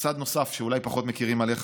צד נוסף שאולי פחות מכירים אצלך